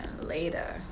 Later